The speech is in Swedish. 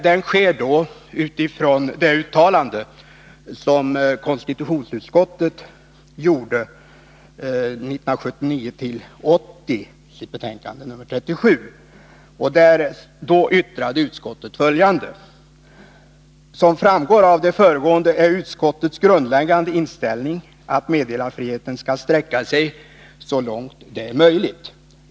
Denna görs utifrån det uttalande som konstitutionsutskottet gjorde i sitt betänkande 1979/80:37, där man yttrade följande: ”Som framgår av det föregående är utskottets grundläggande inställning, att meddelarfriheten skall sträcka sig så långt det är möjligt.